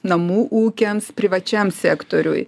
namų ūkiams privačiam sektoriui